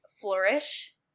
flourish